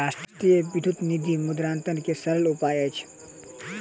राष्ट्रीय विद्युत निधि मुद्रान्तरण के सरल उपाय अछि